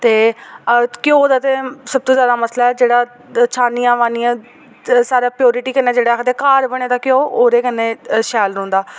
ते अ घ्योऽ दा ते सब तो जादा मसला ऐ जेह्ड़ा छानियै बानियै साढ़े प्योरिटी कन्नै जेह्ड़ा आखदे घर दा बने दा घ्योऽ ओह्दे कन्नै शैल रौह्ंदा